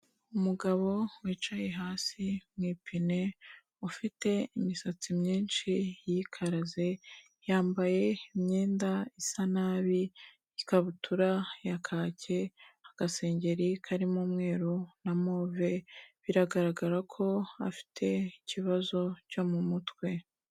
Umugabo wicaye hasi mu ipine ufite imisatsi myinshi yikaraze, yambaye imyenda isa nabi, ikabutura ya kaki, agasengeri karimo umweru na move, biragaragara ko afite ikibazo cyo mu mutwe.